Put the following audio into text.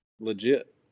Legit